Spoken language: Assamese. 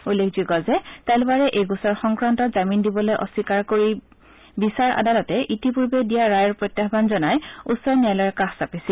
উল্লেখযোগ্য যে টলৱাৰে এই গোচৰ সংক্ৰান্তত জামিন দিবলৈ অস্বীকাৰ কৰি বিচাৰ আদালতে ইতিপূৰ্বে দিয়া ৰায়ৰ প্ৰত্যাহ্মান জনাই উচ্চ ন্যায়ালয়ৰ কাষ চাপিছিল